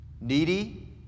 needy